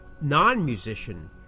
non-musician